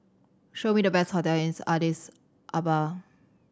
show me the best hotels in Addis Ababa